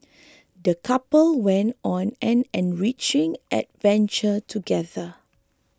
the couple went on an enriching adventure together